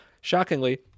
Shockingly